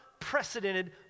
unprecedented